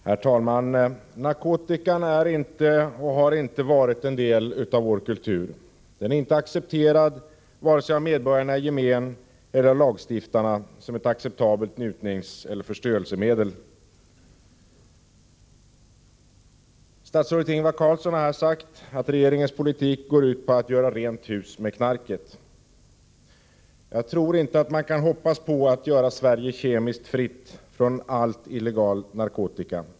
Herr talman! Narkotikan är inte, och har inte heller varit, en del av vår kultur. Den är inte accepterad vare sig av medborgarna i gemen eller av lagstiftarna som ett acceptabelt njutningseller förströelsemedel. Statsrådet Ingvar Carlsson har här sagt att regeringens politik går ut på att göra rent hus med knarket. Jag tror inte att man kan hoppas på att göra Sverige kemiskt fritt från all illegal narkotika.